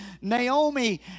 Naomi